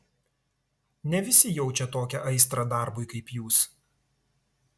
ne visi jaučia tokią aistrą darbui kaip jūs